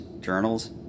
journals